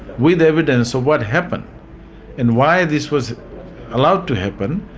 with evidence of what happened and why this was allowed to happen,